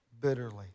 bitterly